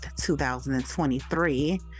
2023